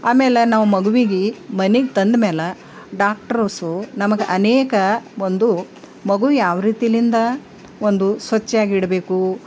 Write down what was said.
ಆಮೇಲೆ ನಾವು ಮಗುವಿಗೆ ಮನೆಗೆ ತಂದ್ಮೇಲೆ ಡಾಕ್ಟ್ರಸ್ಸು ನಮಗೆ ಅನೇಕ ಒಂದು ಮಗು ಯಾವ ರೀತಿಯಿಂದ ಒಂದು ಸ್ವಚ್ಛವಾಗಿಡ್ಬೇಕು